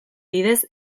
bidez